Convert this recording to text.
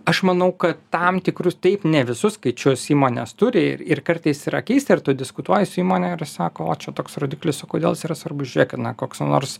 aš manau kad tam tikrus taip ne visus skaičius įmonės turi ir ir kartais yra keista ir tu diskutuoji su įmone ir sako o čia toks rodiklis o kodėl jis yra svarbus žiūrėkit na koks nors